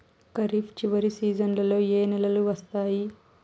ఖరీఫ్ చివరి సీజన్లలో ఏ నెలలు వస్తాయి?